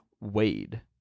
Wade